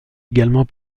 également